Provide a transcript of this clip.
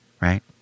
right